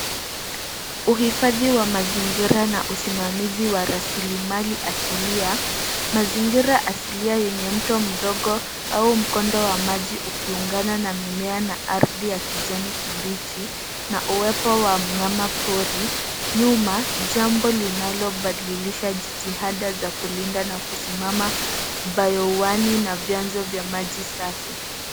Uhifadhi wa mazingira na usimamizi wa rasilimali asilia. Mazingira asilia yenye mto mdogo au mkondo wa maji, ukiungana na mimea na ardhi ya kijani kibichi, na uwepo wa mnyama pori. Nyuma, jambo linalobadilisha jitihada za kulinda na kusimama, bayowani na vyanzo vya maji safi.